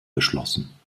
beschlossen